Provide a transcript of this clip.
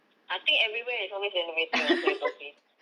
I think everywhere is always renovating ah so it's okay